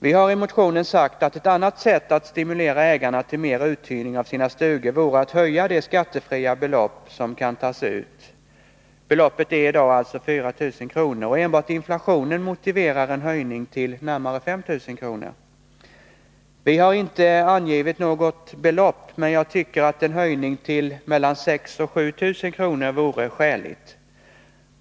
Vi har i motionen sagt att ett annat sätt att stimulera ägarna till mer uthyrning av sina stugor vore att höja det skattefria belopp som kan tas ut. Beloppet är i dag 4 000 kr., och enbart inflationen motiverar en höjning till närmare 5 000 kr. Vi har inte angivit något belopp, men jag tycker att en höjning till mellan 5 000 och 7 000 kr. vore skälig.